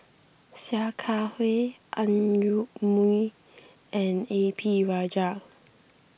Sia Kah Hui Ang Yoke Mooi and A P Rajah